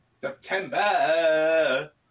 September